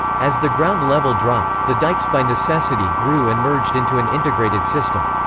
as the ground level dropped, the dikes by necessity grew and merged into an integrated system.